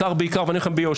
בואו נשים אותה בצד.